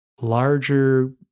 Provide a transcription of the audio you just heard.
larger